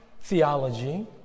theology